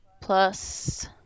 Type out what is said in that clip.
Plus